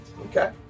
Okay